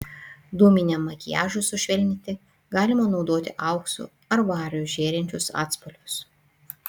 dūminiam makiažui sušvelninti galima naudoti auksu ar variu žėrinčius atspalvius